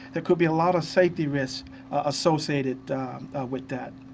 there could be a lot of safety risks associated with that.